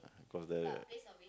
cause the